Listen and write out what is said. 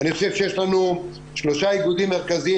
אני חושב שיש לנו שלושה איגודים מרכזיים